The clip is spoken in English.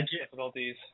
difficulties